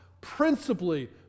principally